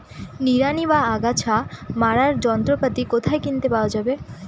নিড়ানি বা আগাছা মারার যন্ত্রপাতি কোথায় কিনতে পাওয়া যাবে?